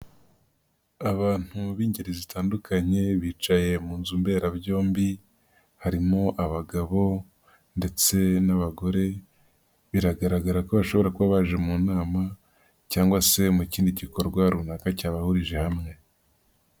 Abantu b'ingeri zitandukanye bicaye mu nzu mberabyombi, harimo abagabo ndetse n'abagore, biragaragara ko bashobora kuba baje mu nama cyangwa se mu kindi gikorwa runaka cyabahurije hamwe.